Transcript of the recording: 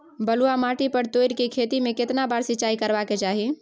बलुआ माटी पर तोरी के खेती में केतना बार सिंचाई करबा के चाही?